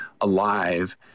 alive